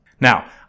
Now